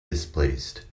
displaced